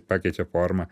pakeičia formą